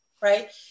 right